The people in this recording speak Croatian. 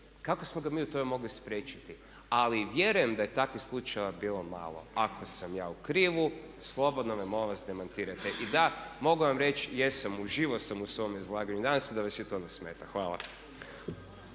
kako smo ga mi u tome mogli spriječiti. Ali vjerujem da je takvih slučajeva bilo malo. Ako sam ja u krivu slobodno me molim vas demantirajte. I da, mogu vam reći jesam uživao sam u svome izlaganju i nadam se da vas i to ne smeta. Hvala.